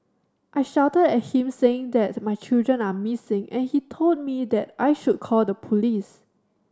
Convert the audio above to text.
I shouted at him saying that my children are missing and he told me that I should call the police